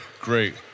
Great